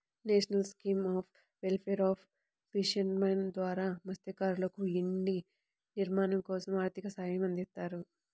national scheme of welfare of fishermen ద్వారా మత్స్యకారులకు ఇంటి నిర్మాణం కోసం ఆర్థిక సహాయం అందిస్తారు